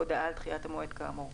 הודעה על דחיית המועד כאמור,